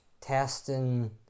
testing